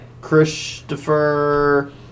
Christopher